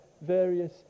various